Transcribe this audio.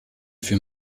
für